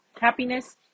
Happiness